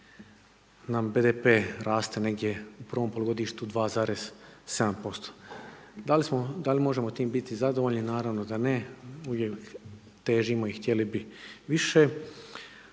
nam BDP raste negdje u prvom polugodištu 2,7%. Da li možemo time biti zadovoljni, naravno da ne, uvijek težimo i htjeli bi više.